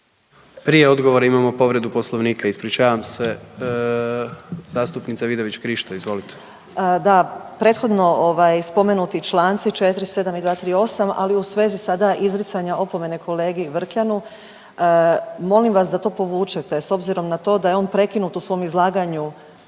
Prije odgovora imamo povredu Poslovnika. Ispričavam se, zastupnica Vidović Krišto, izvolite. **Vidović Krišto, Karolina (Nezavisni)** Da, prethodno ovaj spomenuti čl. 47. i 238., ali u svezi sada izricanja opomene kolegi Vrkljanu, molim vas da to povučete s obzirom na to da je on prekinut u svom izlaganju